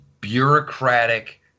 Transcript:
bureaucratic